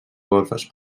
golfes